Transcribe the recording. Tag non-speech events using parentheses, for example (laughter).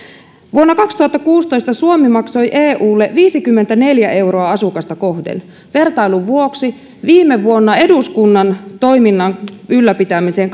vuonna kaksituhattakuusitoista suomi maksoi eulle viisikymmentäneljä euroa asukasta kohden vertailun vuoksi viime vuonna eduskunnan toiminnan ylläpitämiseen (unintelligible)